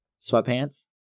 sweatpants